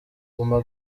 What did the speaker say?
guma